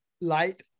light